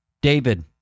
David